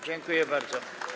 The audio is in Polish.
Dziękuję bardzo.